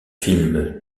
film